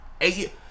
eight